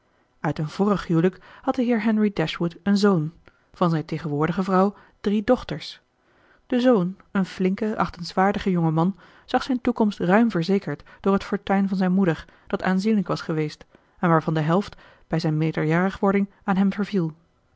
uit een vorig huwelijk had de heer henry dashwood een zoon van zijn tegenwoordige vrouw drie dochters de zoon een flinke achtenswaardige jonge man zag zijn toekomst ruim verzekerd door het fortuin van zijne moeder dat aanzienlijk was geweest en waarvan de helft bij zijn meerderjarig wording aan hem verviel